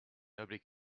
nobody